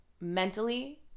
mentally